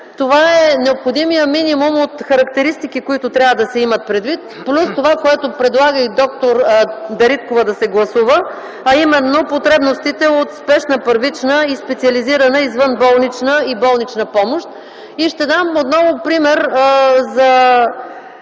това е необходимият минимум от характеристики, които трябва да се имат предвид плюс това, което предлага и д-р Дариткова да се гласува, а именно потребностите от спешна първична и специализирана извънболнична и болнична помощ. Ще дам отново пример за